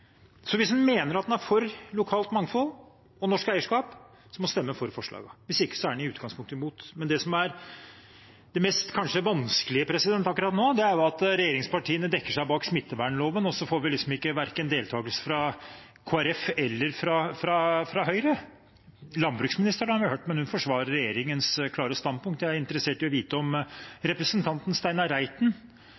lokalt mangfold og norsk eierskap, må en stemme for forslagene. Hvis ikke er en i utgangspunktet imot. Men det som er det kanskje mest vanskelige akkurat nå, er at regjeringspartiene dekker seg bak smittevernloven, og så får vi verken deltakelse fra Kristelig Folkeparti eller fra Høyre. Landbruksministeren har vi hørt, men hun forsvarer regjeringens klare standpunkt. Jeg er interessert i å vite om